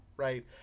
right